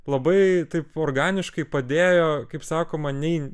labai taip organiškai padėjo kaip sakoma nei